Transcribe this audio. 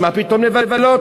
מה פתאום לבלות?